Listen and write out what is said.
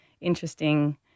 interesting